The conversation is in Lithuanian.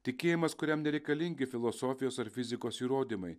tikėjimas kuriam nereikalingi filosofijos ar fizikos įrodymai